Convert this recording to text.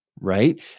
Right